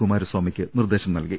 കുമാരസ്വാമിക്ക് നിർദേശം നൽകി